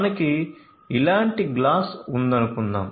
మనకు ఇలాంటి గ్లాస్ ఉందనుకుందాం